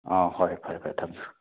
ꯑ ꯍꯣꯏ ꯐꯔꯦ ꯐꯔꯦ ꯊꯝꯖꯔꯦ